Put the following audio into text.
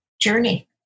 journey